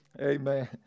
amen